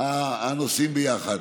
הנושאים ביחד.